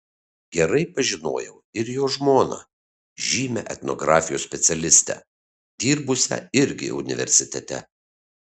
gerai pažinojau ir jo žmoną žymią etnografijos specialistę dirbusią irgi universitete